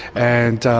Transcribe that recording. and